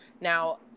Now